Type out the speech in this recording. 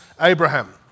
Abraham